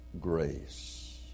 grace